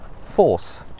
force